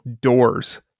doors